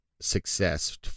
success